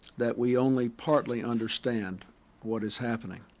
that we only partly understand what is happening.